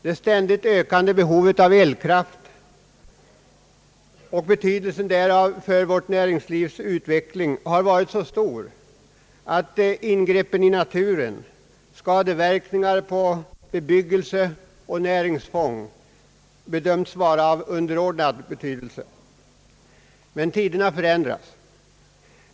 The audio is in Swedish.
Det ständigt ökade behovet av elkraft och elströmmens betydelse för vårt näringslivs utveckling har gjort att ingreppen i naturen samt skadeverkningarna på bebyggelse och näringsfång bedömts vara av underordnad betydelse. Men tiderna förändras.